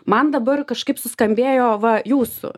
man dabar kažkaip suskambėjo va jūsų